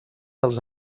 dels